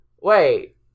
Wait